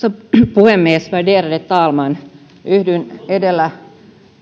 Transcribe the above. puhemies värderade talman yhdyn edellä